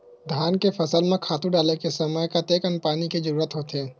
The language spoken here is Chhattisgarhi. धान के फसल म खातु डाले के समय कतेकन पानी के जरूरत होथे?